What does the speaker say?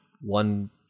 one